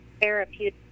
therapeutic